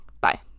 Bye